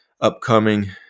upcoming